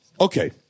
Okay